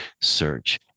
search